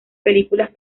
películas